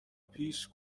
پیش